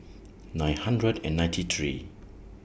nine hundred and ninety three